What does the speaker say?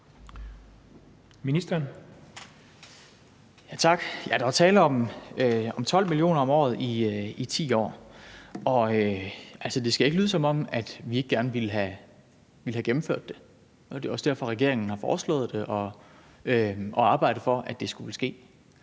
der var tale om 12 mio. kr. om året i 10 år, og det skal ikke lyde, som om vi ikke gerne ville have gennemført det. Det er derfor, regeringen har foreslået det og arbejdet for, at det skulle ske.